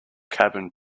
cabin